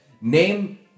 name